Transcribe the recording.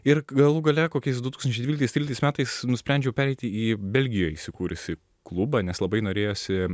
ir galų gale kokiais du tūkstančiai dvyliktais tryliktais metais nusprendžiau pereiti į belgijoj įsikūrusį klubą nes labai norėjosi